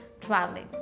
traveling